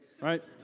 right